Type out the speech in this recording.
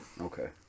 okay